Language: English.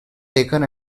taken